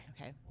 Okay